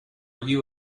you